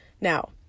Now